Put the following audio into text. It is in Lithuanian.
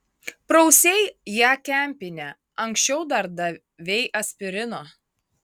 prausei ją kempine anksčiau dar davei aspirino